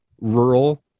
rural